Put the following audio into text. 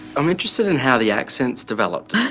i'm interested in how the accents developed.